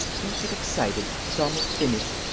don't get excited it's almost finished.